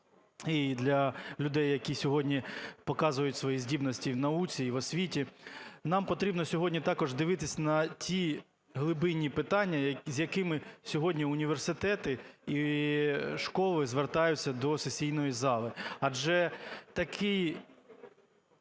і для людей, які сьогодні показують свої здібності і в науці, і в освіті, нам потрібно сьогодні також дивитись на ті глибинні питання, з якими сьогодні університети і школи звертаються до сесійної зали. Адже такі